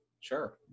Sure